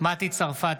מטי צרפתי